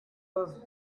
was